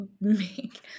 make –